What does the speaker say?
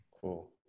Cool